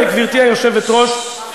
גברתי היושבת-ראש,